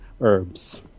herbs